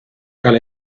cal